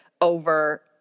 over